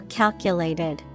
calculated